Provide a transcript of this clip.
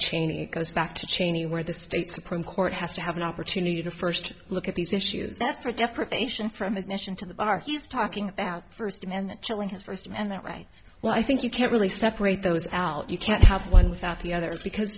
cheney goes back to cheney where the state supreme court has to have an opportunity to first look at these issues that's for deprivation from admission to the bar he's talking about first amendment chilling his first and that rights well i think you can't really separate those out you can't have one without the other because